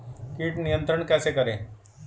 कीट नियंत्रण कैसे करें?